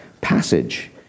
passage